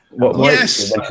Yes